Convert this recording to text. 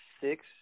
six